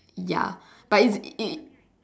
ya but it it